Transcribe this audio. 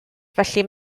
felly